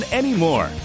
anymore